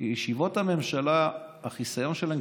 ישיבות הממשלה והחיסיון שלהן,